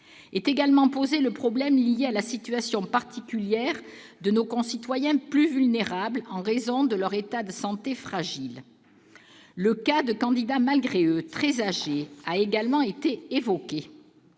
j'évoquerai le problème lié à la situation particulière de certains de nos concitoyens plus vulnérables en raison de leur état de santé fragile. Le cas de « candidats malgré eux » très âgés a également été évoqué.